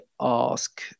ask